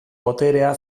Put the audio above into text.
boterea